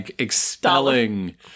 expelling